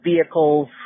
vehicles